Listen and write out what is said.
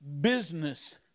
business